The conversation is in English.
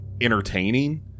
entertaining